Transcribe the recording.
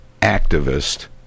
activist